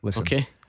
Okay